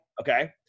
okay